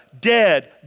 dead